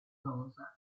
rosa